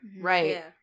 right